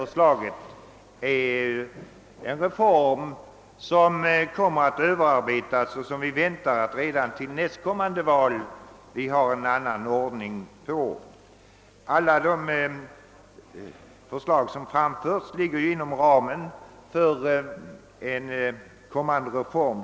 Förslaget innebär en reform som kommer att överarbetas, och en annan ordning kan förväntas redan vid nästkommande val Enligt vad vi kunnat finna ligger också alla de förslag som framförts inom ramen för en kommande reform.